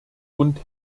und